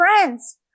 friends